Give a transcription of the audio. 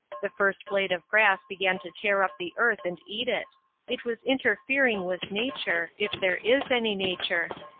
the first blade of grass began to tear up the earth and eat it it was interfering with nature, if there is any nature.